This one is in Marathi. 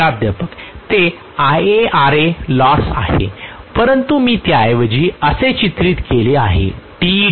प्राध्यापक ते IaRa लॉस आहे परंतु मी त्याऐवजी असे चित्रित केले आहे